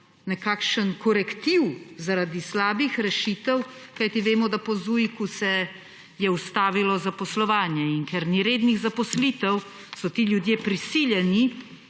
nekakšen korektiv zaradi slabih rešitev, kajti vemo, da se je po ZUJIK ustavilo zaposlovanje, in ker ni rednih zaposlitev, so ti ljudje prisiljeni